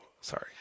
sorry